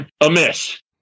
amiss